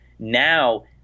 Now